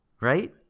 Right